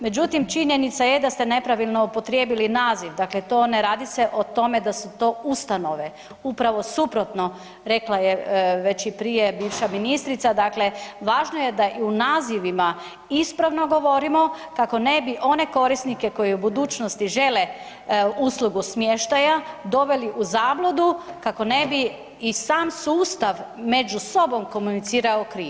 Međutim, činjenica je da ste nepravilno upotrijebili naziv, dakle to, ne radi se o tome da su to ustanove upravo suprotno rekla je već i prije bivša ministrica, dakle važno je da u nazivima ispravno govorimo kako ne bi one korisnike koji u budućnosti žele uslugu smještaja doveli u zabludu kako ne bi i sam sustav među sobom komunicirao krivo.